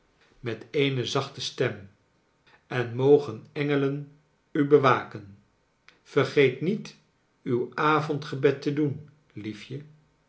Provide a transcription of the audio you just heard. met eene zachte stem en mogen engelen u bewaken vergeet niet uw avondgebed te doen liefje